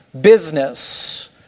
business